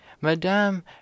Madame